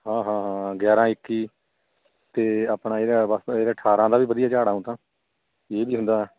ਹਾਂ ਹਾਂ ਹਾਂ ਗਿਆਰਾਂ ਇੱਕੀ ਅਤੇ ਆਪਣਾ ਜਿਹੜਾ ਬਸ ਇਹਦਾ ਅਠਾਰਾਂ ਦਾ ਵੀ ਵਧੀਆ ਝਾੜ ਊਂ ਤਾਂ ਇਹ ਵੀ ਹੁੰਦਾ